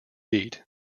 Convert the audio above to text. beat